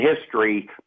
history